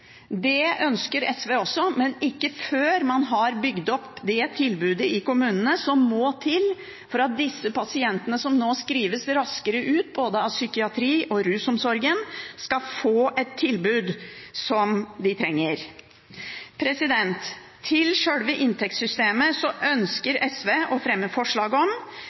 Det ønsker SV også, men ikke før man har bygd opp det tilbudet i kommunene som må til for at disse pasientene som nå skrives raskere ut både av psykiatri- og rusomsorgen, skal få et tilbud som de trenger. Til sjølve inntektssystemet ønsker SV å fremme forslag om